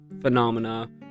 phenomena